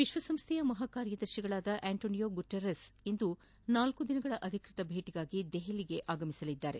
ವಿತ್ವ ಸಂಸ್ಥೆಯ ಮಹಾಕಾರ್ಯದರ್ಶಿ Antonio Guterres ಇಂದು ನಾಲ್ಕ ದಿನಗಳ ಅಧಿಕೃತ ಭೇಟಿಗಾಗಿ ನವದೆಹಲಿಗೆ ಆಗಮಿಸಲಿದ್ದಾರೆ